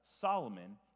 Solomon